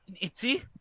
ITZY